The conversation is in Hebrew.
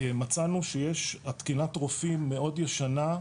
מצאנו שיש תקינת רופאים מאוד ישנה,